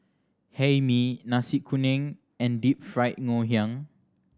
Hae Mee Nasi Kuning and Deep Fried Ngoh Hiang